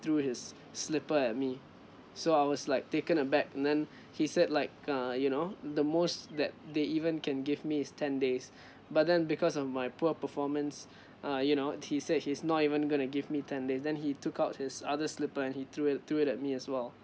threw his slipper at me so I was like taken aback and then he said like uh you know the most that they even can give me is ten days but then because of my poor performance uh you know he said he's not even gonna give me ten days then he took out his other slipper and he threw it threw it at me as well